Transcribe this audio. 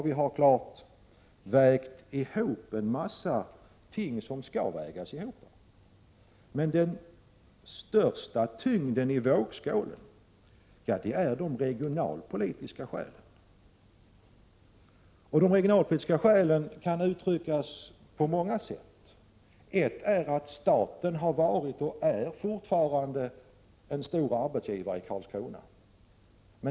Vi har vägt ihop en massa ting som skall vägas ihop, men den största tyngden i vågskålen är de regionalpolitiska skälen. De regionalpolitiska skälen kan uttryckas på många sätt. Ett är att staten har varit och fortfarande är en stor arbetsgivare i Karlskrona.